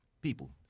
people